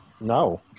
No